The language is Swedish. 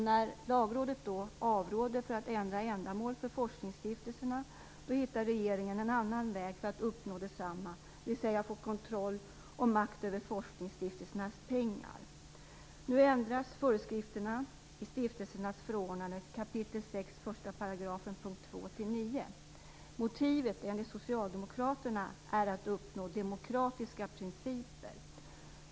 När Lagrådet avrådde från att ändra ändamål för forskningsstiftelserna hittade regeringen en annan väg för att uppnå detsamma, dvs. få kontroll och makt över forskningsstiftelsernas pengar. Nu ändras föreskrifterna i stiftelsernas förordnande 6 kap. 1 § punkterna 2-9. Motivet är enligt Socialdemokraterna att uppnå demokratiska principer.